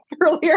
earlier